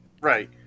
right